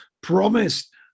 promised